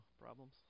problems